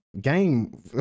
game